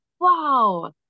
wow